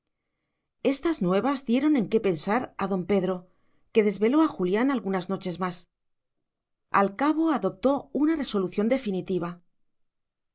estas nuevas dieron en qué pensar a don pedro que desveló a julián algunas noches más al cabo adoptó una resolución definitiva